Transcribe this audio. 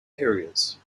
areas